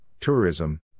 Tourism